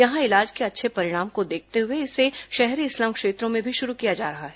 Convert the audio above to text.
यहां इलाज के अच्छे परिणाम को देखते हुए इसे शहरी स्लम क्षेत्रों में भी शुरू किया जा रहा है